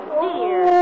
dear